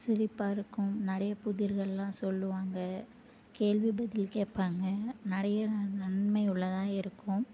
சிரிப்பாக இருக்கும் நிறைய புதிர்கள்லாம் சொல்லுவாங்க கேள்வி பதில் கேட்பாங்க நிறைய நன் நன்மையுள்ளதாக இருக்கும்